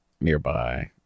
nearby